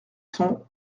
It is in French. sont